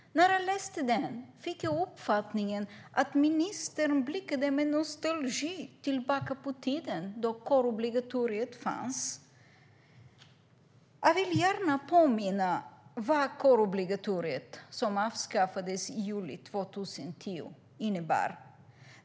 När jag läste den fick jag uppfattningen att ministern med nostalgi blickade tillbaka på tiden då kårobligatoret fanns. Jag vill gärna påminna om vad kårobligatoriet, som avskaffades i juli 2010, innebar.